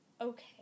okay